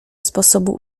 sposobu